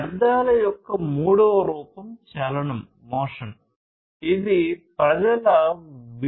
వ్యర్థాల యొక్క మూడవ రూపం చలనము ఉద్యమం